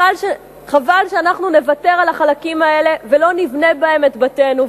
חבל שאנחנו נוותר על החלקים האלה ולא נבנה בהם את בתינו,